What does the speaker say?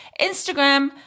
Instagram